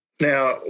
Now